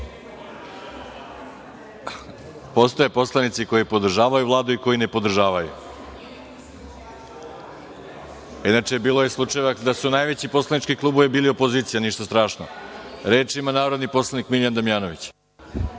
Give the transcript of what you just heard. Postoje poslanici koji podržavaju Vladu i koji ne podržavaju. Inače, bilo je slučajeva da su najveći poslanički klubovi bili opozicija. Ništa strašno. Reč ima narodni poslanik Miljan Damjanović.